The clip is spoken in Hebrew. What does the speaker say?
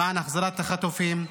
למען החזרת החטופים,